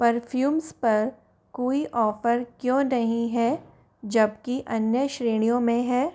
perfumes पर कोई offer क्यों नहीं है जबकि अन्य श्रेणियों में है